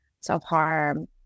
self-harm